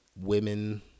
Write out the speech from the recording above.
women